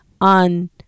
on